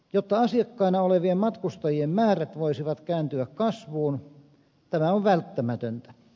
jotta asiakkaina olevien matkustajien määrät voisivat kääntyä kasvuun tämä on välttämätöntä